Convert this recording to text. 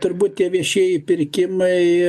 turbūt tie viešieji pirkimai